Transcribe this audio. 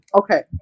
okay